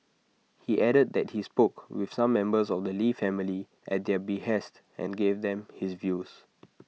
he added that he spoke with some members of the lee family at their behest and gave them his views